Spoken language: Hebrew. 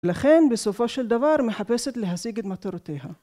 לכן בסופו של דבר מחפשת להשיג את מטרותיה.